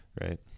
right